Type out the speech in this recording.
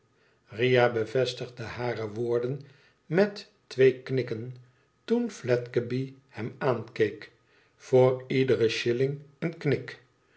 ria bevestigde hare woorden met twee knikken toen fledgeby hem aankeek voor lederen shilling een knik